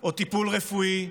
או טיפול רפואי,